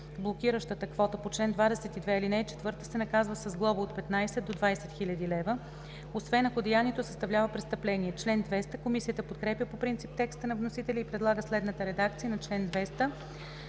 блокиращата квота по чл. 22, ал. 4, се наказва с глоба от 15 000 до 20 000 лв., освен ако деянието съставлява престъпление.“ Комисията подкрепя по принцип текста на вносителя и предлага следната редакция на чл. 200: